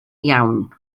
iawn